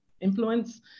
influence